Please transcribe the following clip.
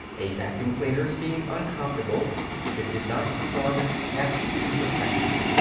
a vacuum cleaner seemed uncomfortable if it did not perform its task to perfection.